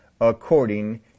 according